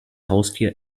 haustier